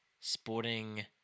sporting